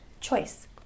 Choice